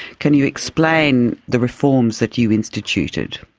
can you explain the reforms that you instituted?